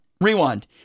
Rewind